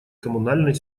коммунальной